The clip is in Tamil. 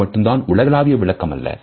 அது மட்டும்தான் உலகளாவிய விளக்கம் அல்ல